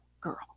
girl